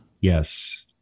yes